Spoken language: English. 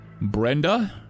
Brenda